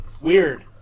weird